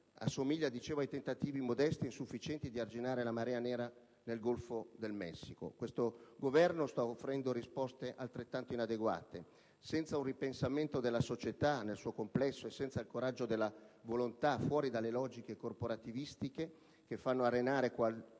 sport nazionale - ai tentativi, modesti e insufficienti, di arginare la marea nera nel Golfo del Messico. Questo Governo sta offrendo risposte altrettanto inadeguate: senza un ripensamento della società nel suo complesso e senza il coraggio della volontà, fuori dalle logiche corporativistiche che fanno arenare qualunque